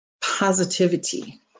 Positivity